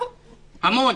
המון.